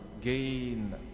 gain